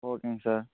ஓகேங்க சார்